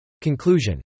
Conclusion